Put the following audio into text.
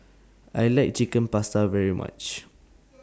I like Chicken Pasta very much